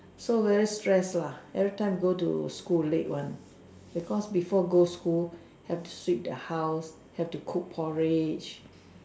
so very stressed lah every time go to school late one because before go school have to sweep the house have to cook porridge